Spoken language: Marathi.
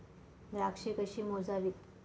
द्राक्षे कशी मोजावीत?